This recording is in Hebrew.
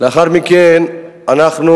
לאחר מכן אנחנו,